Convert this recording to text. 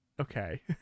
Okay